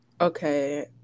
Okay